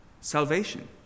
salvation